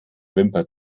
wimper